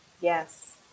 Yes